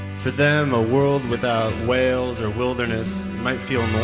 for them, a world without whales or wilderness might feel